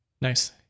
Nice